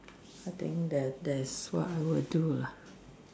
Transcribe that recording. I think that there's what I will do lah